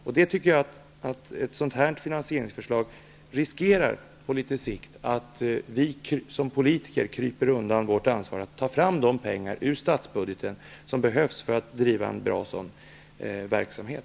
Jag menar att en risk med ett sådant här finansieringsförslag är att vi politiker på litet sikt kryper undan vårt ansvar att ur statsbudgeten ta fram de pengar som behövs för att driva en bra verksamhet.